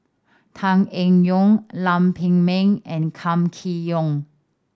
Tan Eng Yoon Lam Pin Min and Kam Kee Yong